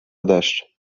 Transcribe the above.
deszcz